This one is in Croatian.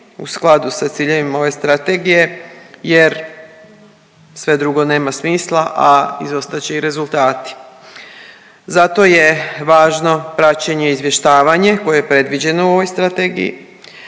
u skladu sa ciljevima ove strategije jer sve drugo nema smisla, a izostat će i rezultati. Zato je važno praćenje i izvještavanje koje je predviđeno u ovoj strategiji